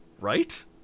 Right